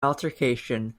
altercation